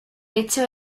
hecho